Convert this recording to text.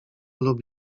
lub